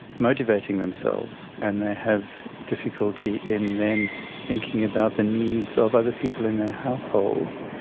motivating themselves, and they have difficulty in then thinking about the needs of other people in their households,